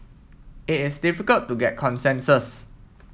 it is difficult to get consensus